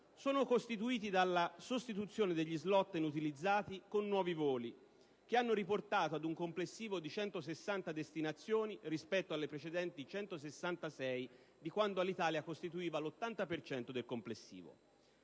sono costituiti dalla sostituzione degli *slot* inutilizzati con nuovi voli, che hanno riportato ad un complessivo di 160 destinazioni rispetto alle precedenti 166, di quando Alitalia costituiva l'80 per cento del complessivo.